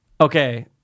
okay